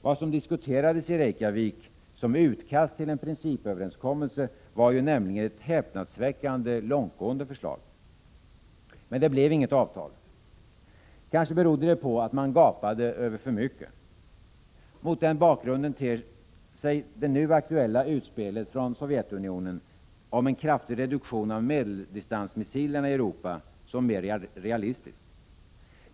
Vad som diskuterades i Reykjavik, som utkast till en principöverenskommelse, var nämligen ett häpnadsväckande långtgående förslag. Men det blev inget avtal. Kanske berodde det på att man gapade över för mycket. Mot den bakgrunden ter sig det nu aktuella utspelet från Sovjetunionen om en kraftig reduktion av medeldistansmissilerna i Europa som mer realistiskt.